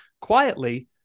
quietly